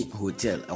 hotel